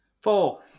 Four